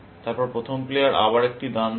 তারপর প্রথম প্লেয়ার আবার একটি দান দেয়